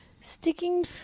sticking